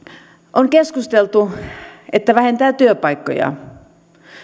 on keskusteltu siitä että tämä vähentää työpaikkoja